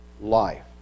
life